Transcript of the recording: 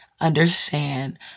understand